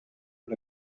per